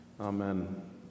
Amen